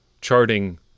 charting